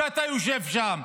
שאתה יושב שם?